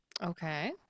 Okay